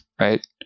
right